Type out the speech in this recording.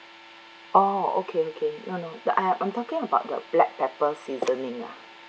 oh okay okay no no the uh I'm talking about the black pepper seasoning lah